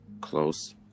close